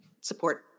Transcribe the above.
support